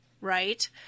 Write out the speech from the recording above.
right